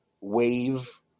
wave